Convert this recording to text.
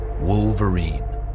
Wolverine